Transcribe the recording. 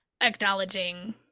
acknowledging